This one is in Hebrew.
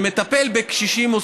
שמטפל בקשישים,